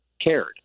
cared